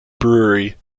brewery